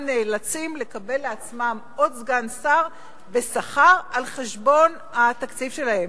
נאלצים לקבל לעצמם עוד סגן בשכר על חשבון התקציב שלהם.